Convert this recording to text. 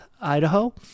Idaho